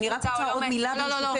אני רק רוצה עוד מילה ברשותך.